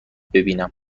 ببینم